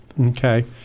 Okay